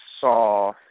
saw